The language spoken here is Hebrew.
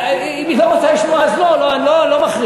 אם היא לא רוצה לשמוע אז לא, אני לא מכריח.